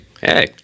hey